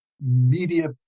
media